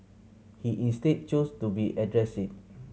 he instead chose to be address it